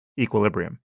equilibrium